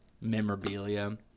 memorabilia